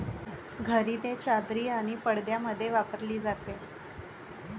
घरी ते चादरी आणि पडद्यांमध्ये वापरले जाते